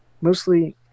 mostly